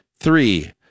three